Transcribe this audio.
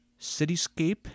Cityscape